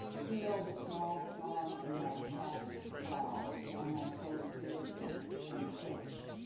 feel the small song in my chest swell and my coat glisten and twitch.